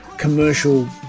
commercial